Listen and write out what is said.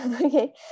Okay